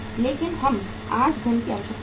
लेकिन हमें आज धन की आवश्यकता है